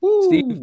Steve